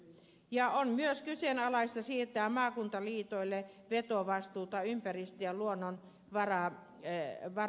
on myös kyseenalaista siirtää maakuntaliitoille vetovastuuta ympäristö ja luonnonvarasuunnittelusta